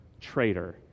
traitor